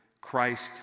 Christ